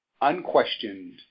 unquestioned